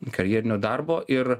karjerinio darbo ir